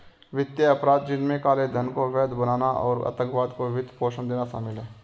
वित्तीय अपराध, जिनमें काले धन को वैध बनाना और आतंकवाद को वित्त पोषण देना शामिल है